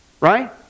right